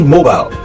Mobile